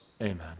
Amen